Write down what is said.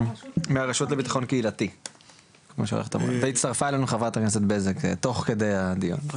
מהרשות לביטחון קהילתי והצטרפה אלינו חברת הכנסת בזק תוך כדי הדיון,